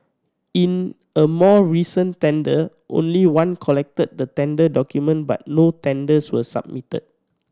in a more recent tender only one collected the tender document but no tenders were submitted